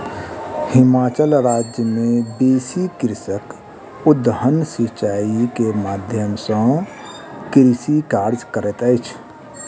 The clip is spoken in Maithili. हिमाचल राज्य मे बेसी कृषक उद्वहन सिचाई के माध्यम सॅ कृषि कार्य करैत अछि